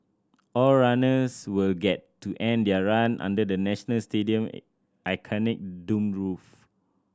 all runners will get to end their run under the National Stadium iconic domed roof